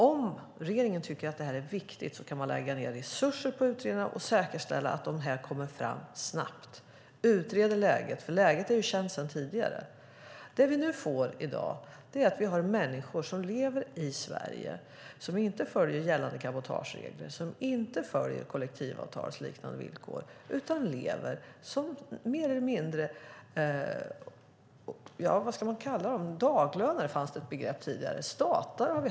Om regeringen tycker att det här är viktigt kan man lägga ned resurser på utredningen och säkerställa att rapporten kommer snabbt. Man kan utreda läget; läget är ju känt sedan tidigare. Nu får vi en situation där människor lever i Sverige och inte följer gällande cabotageregler och inte följer kollektivavtalsliknande villkor utan lever mer eller mindre som daglönare eller statare.